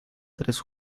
tres